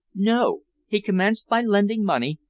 no. he commenced by lending money,